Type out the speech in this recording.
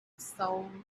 soul